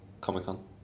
Comic-Con